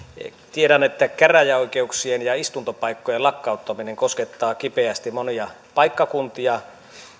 tiedän että käräjäoikeuksien ja ja istuntopaikkojen lakkauttaminen koskettaa kipeästi monia paikkakuntia